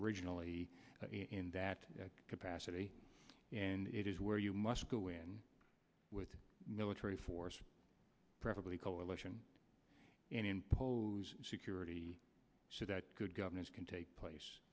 originally in that capacity and it is where you must go in with a military force preferably coalition and impose security so that good governance can take place